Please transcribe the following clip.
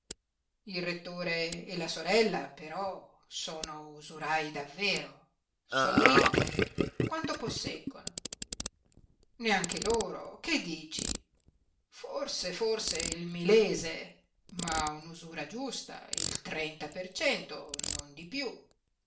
il rettore e la sorella però sono usurai davvero sono ricchi quanto posseggono neanche loro che dici forse forse il milese ma un'usura giusta il trenta per cento non di piú